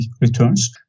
returns